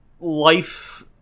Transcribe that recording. life